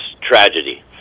tragedy